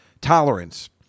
tolerance